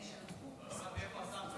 לא הבנתי איפה השר,